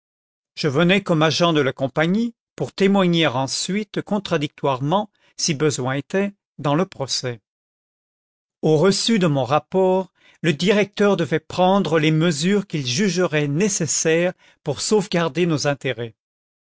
je venais comme agent de la compagnie pour témoigner ensuite contradictoirement si besoin était dans le procès au reçu de mon rapport le directeur devait prendre les mesures qu'il jugerait nécessaires pour sauvegarder nos intérêts